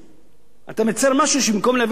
אתה מייצר משהו במקום להביא אותו מחוץ-לארץ,